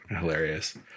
hilarious